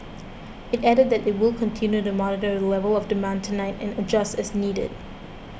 it added that it will continue to monitor the level of demand tonight and adjust as needed